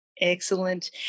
Excellent